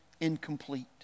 incomplete